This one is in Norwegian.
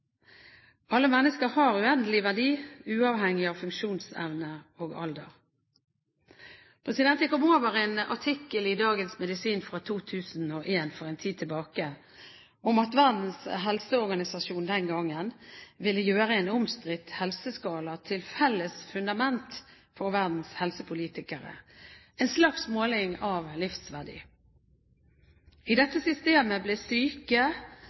en artikkel i Dagens Medisin fra 2001 om at Verdens helseorganisasjon den gang ville gjøre en omstridt helseskala til et felles fundament for verdens helsepolitikere – en slags måling av livsverdi. I dette systemet ble syke,